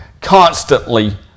constantly